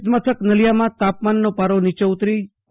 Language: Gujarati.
શીતમથક નલિયામાં તાપમાનનો પારો નીચો ઉતરી પ